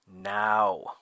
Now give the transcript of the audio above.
now